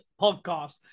podcast